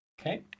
okay